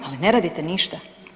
Ali ne radite ništa.